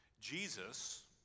Jesus